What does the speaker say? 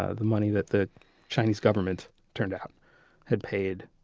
ah the money that the chinese government turned out had paid